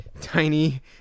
tiny